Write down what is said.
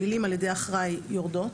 המילים "על ידי אחראי" יורדות.